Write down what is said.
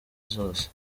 zose